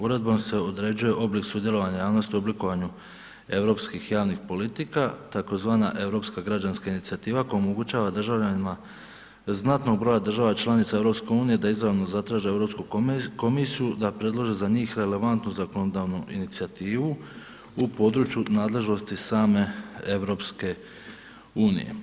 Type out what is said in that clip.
Uredbom se određuje oblik sudjelovanja javnosti u oblikovanju europskih javnih politika, tzv. Europska građanska inicijativa koja omogućava državljanima znatnog broja država članica u EU da izravno zatraže Europsku komisiju da predlože za njih relevantnu zakonodavnu inicijativu u području nadležnosti same EU.